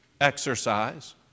exercise